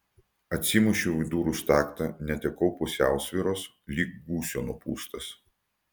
atsimušiau į durų staktą netekau pusiausvyros lyg gūsio nupūstas